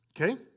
Okay